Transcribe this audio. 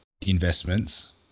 investments